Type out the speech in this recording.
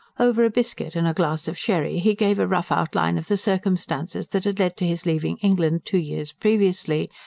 over a biscuit and a glass of sherry he gave a rough outline of the circumstances that had led to his leaving england, two years previously,